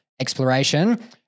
exploration